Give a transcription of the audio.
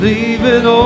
Leaving